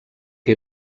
que